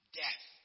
death